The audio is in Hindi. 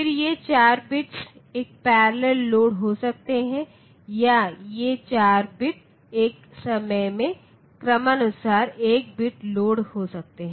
फिर ये 4 बिट्स एक पैरेलल लोड हो सकते हैं या ये 4 बिट्स एक समय में क्रमानुसार एक बिट लोड हो सकते हैं